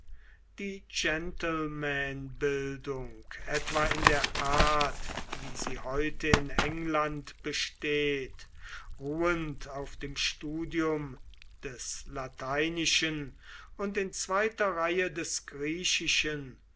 die gentlemanbildung etwa in der art wie sie heute in england besteht ruhend auf dem studium des lateinischen und in zweiter reihe des griechischen